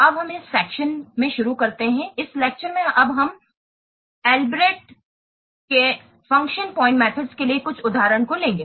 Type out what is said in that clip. अब हम इस सेक्शन में शुरू करते हैं इस लेक्चर में हम इस अलब्रेक्ट एक फंक्शन पॉइंट मेथड के लिए कुछ उदाहरणों को लेगे